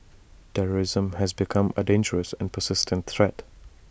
terrorism has become A dangerous and persistent threat